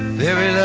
very